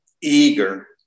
Eager